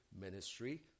ministry